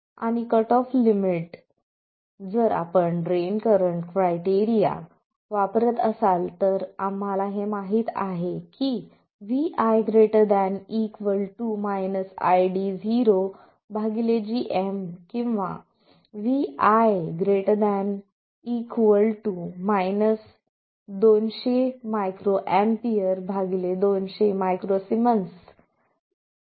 आणि cut off limit जर आपण ड्रेन करंट क्रायटेरिया वापरत असाल तर आम्हाला हे माहित आहे की vi ≥ IDO gm किंवा vi ≥ 200 µA 200 µS 1 V